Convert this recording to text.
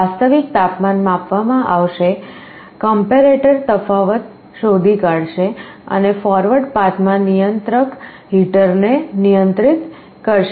વાસ્તવિક તાપમાન માપવા માં આવશે કંપેરેટર તફાવત શોધી કાઢશે અને ફોરવર્ડ પાથમાં નિયંત્રક હીટરને નિયંત્રિત કરશે